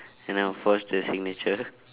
then I will forge the signature